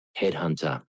headhunter